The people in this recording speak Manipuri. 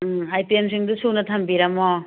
ꯎꯝ ꯑꯥꯏꯇꯦꯝꯁꯤꯡꯗꯣ ꯁꯨꯅ ꯊꯝꯕꯤꯔꯝꯃꯣ